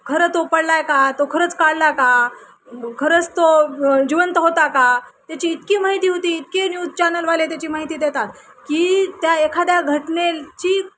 खरं तो पडला आहे का तो खरंच काढला का खरंच तो जिवंत होता का त्याची इतकी माहिती होती इतके न्यूज चॅनलवाले त्याची माहिती देतात की त्या एखाद्या घटनेची